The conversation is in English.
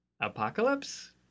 apocalypse